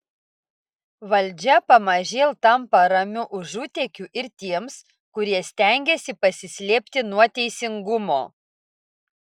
valdžia pamažėl tampa ramiu užutėkiu ir tiems kurie stengiasi pasislėpti nuo teisingumo